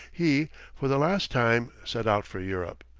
he for the last time set out for europe.